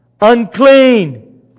Unclean